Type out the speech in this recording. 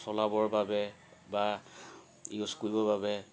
চলাবৰ বাবে বা ইউজ কৰিবৰ বাবে